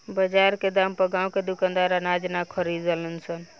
बजार के दाम पर गांव के दुकानदार अनाज ना खरीद सन